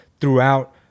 throughout